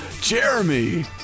Jeremy